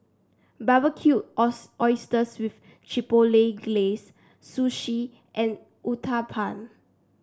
Barbecue Oysters with Chipotle Glaze Sushi and Uthapam